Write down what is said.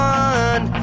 one